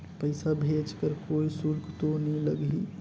पइसा भेज कर कोई शुल्क तो नी लगही?